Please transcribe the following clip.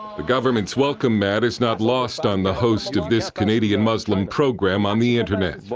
the government's welcome mat is not lost on the host of this canadian muslim program on the internet.